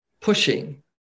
pushing